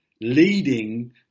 leading